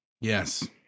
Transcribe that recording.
Yes